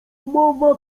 mowa